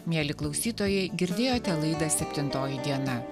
mieli klausytojai girdėjote laidą septintoji diena